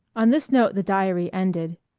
on this note the diary ended.